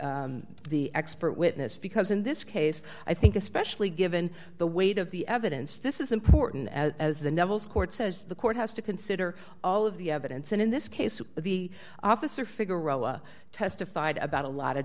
the the expert witness because in this case i think especially given the weight of the evidence this is important as the numbers court says the court has to consider all of the evidence and in this case the officer figure roa testified about a lot of